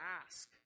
ask